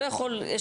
לא יכול,